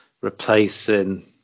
replacing